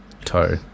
toe